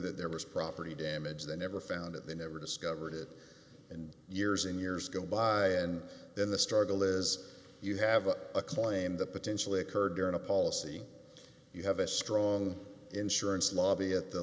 that there was property damage they never found it they never discovered it and years and years go by and then the struggle is you have a claim that potentially occurred during a policy you have a strong insurance lobby at the